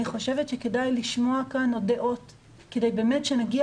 כדאי לשמוע כאן עוד דעות כדי שנגיע